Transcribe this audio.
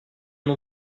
non